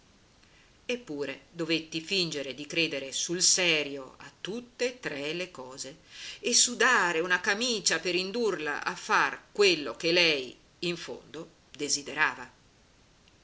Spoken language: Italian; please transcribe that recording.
eppure dovetti fingere di credere sul serio a tutt'e tre le cose e sudare una camicia per indurla a far quello che lei in fondo desiderava